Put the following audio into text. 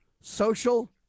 social